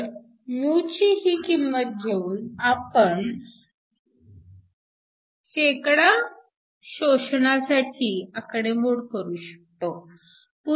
तर μ ची ही किंमत घेऊन आपण शोषणासाठी आकडेमोड करू शकतो